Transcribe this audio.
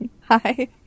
Hi